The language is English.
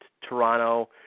Toronto